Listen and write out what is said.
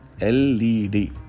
LED